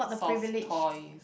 soft toys